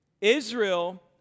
Israel